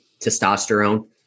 Testosterone